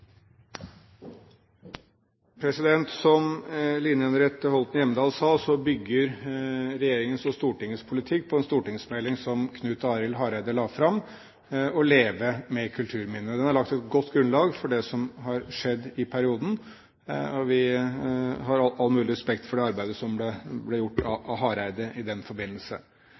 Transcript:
fellesskapet. Som Line Henriette Hjemdal sa, bygger regjeringens og Stortingets politikk på en stortingsmelding som Knut Arild Hareide la fram – Leve med kulturminner. Den har lagt et godt grunnlag for det som har skjedd i perioden, og vi har all mulig respekt for det arbeidet som ble gjort av Hareide i den forbindelse.